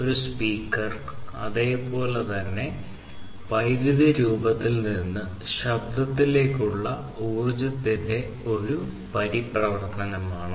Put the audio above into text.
ഒരു സ്പീക്കർ അതുപോലെ തന്നെ വൈദ്യുത രൂപത്തിൽ നിന്ന് ശബ്ദത്തിലേക്കുള്ള ഊർജ്ജത്തിന്റെ ഒരു പരിവർത്തനമാണ്